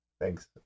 Thanks